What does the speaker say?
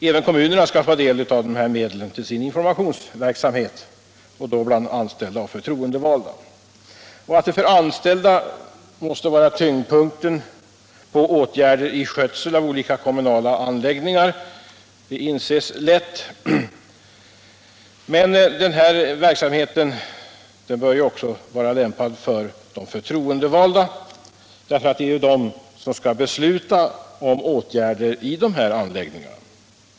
Även kommunerna skall få medel till sin informationsverksamhet bland anställda och förtroendevalda. För anställda måste tyngdpunkten ligga på åtgärder i och skötsel av olika kommunala anläggningar, vilket i viss utsträckning bör vara fallet även i fråga om förtroendevalda — det är ju de som skall besluta om åtgärder i dessa anläggningar.